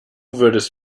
würdest